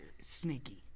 sneaky